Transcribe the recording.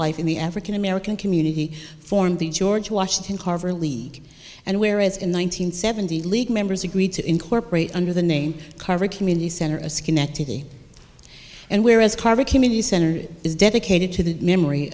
life in the african american community formed the george washington carver league and where as in one nine hundred seventy league members agreed to incorporate under the name cover a community center a schenectady and whereas carver community center is dedicated to the memory